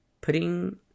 putting